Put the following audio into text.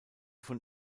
von